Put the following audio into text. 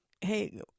Hey